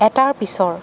এটাৰ পিছৰ